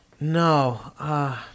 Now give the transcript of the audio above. No